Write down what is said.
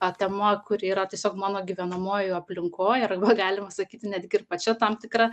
a tema kuri yra tiesiog mano gyvenamoj aplinkoj arba galima sakyti netgi ir pačia tam tikra